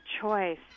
choice